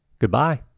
Goodbye